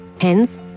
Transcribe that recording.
Hence